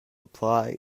apply